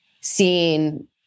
seeing